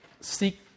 seek